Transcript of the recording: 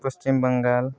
Paschim Bengal